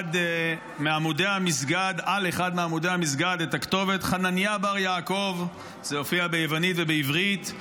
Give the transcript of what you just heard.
מעמודי המסגד את הכתובת "חנניה בר יעקב" זה הופיע ביוונית ובעברית.